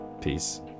Peace